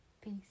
Peace